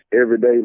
Everyday